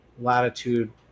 Latitude